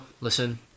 listen